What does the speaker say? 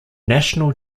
national